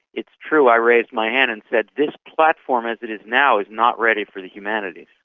it's true i raised my hand and said, this platform as it is now is not ready for the humanities.